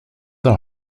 the